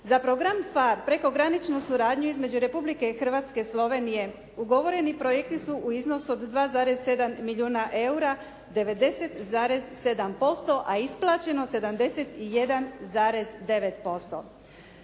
Za program PHARE prekograničnu suradnju između Republike Hrvatske, Slovenije ugovoreni projekti su u iznosu od 2,7 milijuna eura, 90,7% a isplaćeno 71,9%.